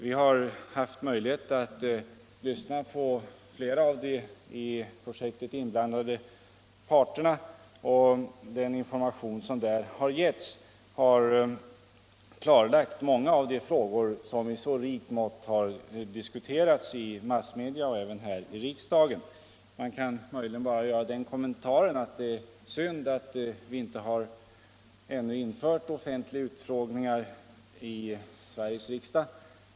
Vi har haft möjlighet att lyssna på flera av de i projektet inblandade parterna. Den information som därvid har lämnats har klarlagt många av de frågor som i så rikt mått har diskuterats i massmedia och även här i riksdagen. Man kan möjligen bara göra den kommentaren att det är synd att vi ännu inte har infört offentliga utskottsutfrågningar i Sveriges riksdag.